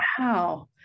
wow